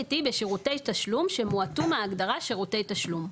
היא "בשירותי תשלום שמועטו מהגדרת שירותי תשלום".